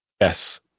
Yes